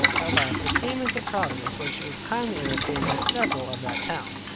at last they came into providence, where she was kindly entertained by several of that town.